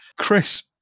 Chris